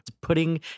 putting